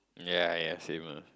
ya ya same ah